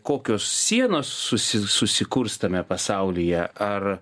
kokios sienos susi susikurs tame pasaulyje ar